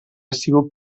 sigut